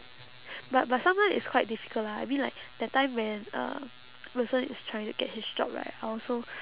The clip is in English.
but but sometimes it's quite difficult lah I mean like that time when uh wilson is trying to get his job right I also